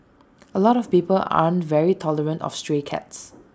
A lot of people aren't very tolerant of stray cats